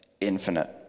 infinite